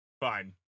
Fine